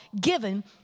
given